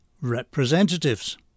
representatives